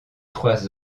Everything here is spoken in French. trois